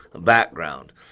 background